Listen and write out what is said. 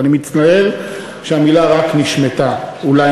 אני מצטער שהמילה "רק" נשמטה, אולי